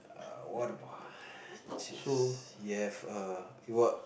err what about you have a war